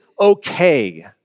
okay